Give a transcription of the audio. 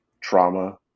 trauma